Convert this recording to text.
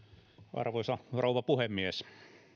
arvoisa rouva puhemies